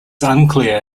unclear